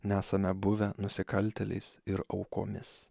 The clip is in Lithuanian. nesame buvę nusikaltėliais ir aukomis